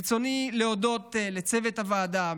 ברצוני להודות לצוות הוועדה,